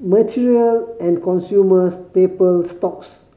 material and consumer staple stocks